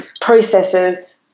processes